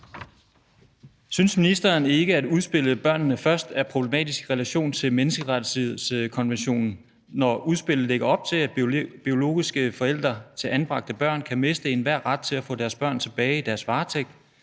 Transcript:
Synes ministeren ikke, at udspillet »Børnene Først« er problematisk i relation til menneskerettighedskonventionen, når udspillet lægger op til, at biologiske forældre til anbragte børn kan miste enhver ret til at få deres børn tilbage i deres varetægt,